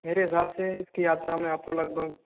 मेरे हिसाब से इसकी यात्रा में आपको लगभग